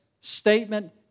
statement